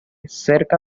cerca